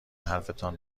حرفتان